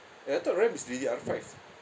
eh I thought RAM is D_D_R five